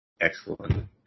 excellent